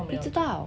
vick 知道